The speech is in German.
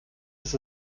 ist